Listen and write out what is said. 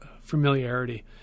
familiarity